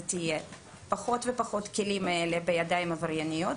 תהיה פחות ופחות כלים כאלה בידיים עברייניות.